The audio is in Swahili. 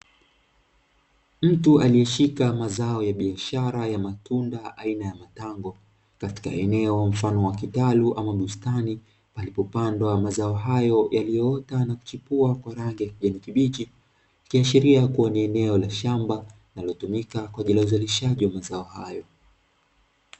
Mtu aliyeshika mazao ya biashara ya matunda aina ya matango, katika eneo mfano wa kitalu ama bustani palipopandwa mazao hayo yaliyoota na kuchipua kwa rangi ya kijani kibichi, ikiashiria kuwa ni eneo la shamba linalotumika kwa ajili ya uzalishaji wa mazao hayo.